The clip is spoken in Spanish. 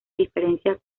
diferencia